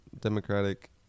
democratic